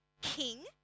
king